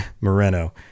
Moreno